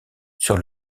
sur